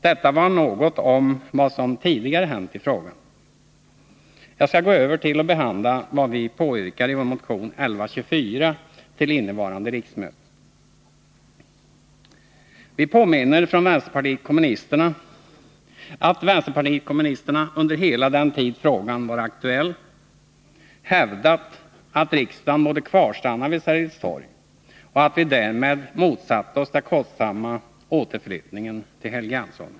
— Detta var något om vad som tidigare hänt i frågan. Jag skall gå över till att behandla vad vi påyrkar i vår motion nr 1124 till innevarande riksmöte. Vi påminner om att vänsterpartiet kommunisterna under hela den tid frågan varit aktuell hävdat att riksdagen borde kvarstanna vid Sergels torg och att vi därmed motsatt oss den kostsamma återflyttningen till Helgeandsholmen.